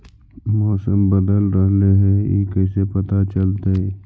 मौसम बदल रहले हे इ कैसे पता चलतै?